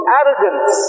arrogance